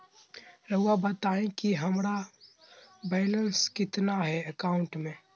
रहुआ बताएं कि हमारा बैलेंस कितना है अकाउंट में?